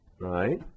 right